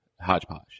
hodgepodge